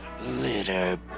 litter